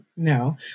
No